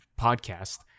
podcast